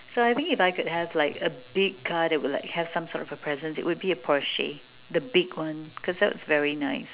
so I think if I could have like a big car that have some sort of a presence it would be a Porsche the big one cause that's very nice